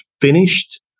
finished